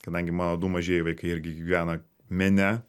kadangi mano du mažieji vaikai irgi gyvena mene